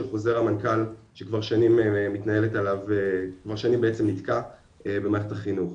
חוזר המנכ"ל שכבר שנים מתנהלת עליו כמו שאני בעצם נתקע המערכת החינוך,